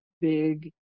big